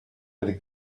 where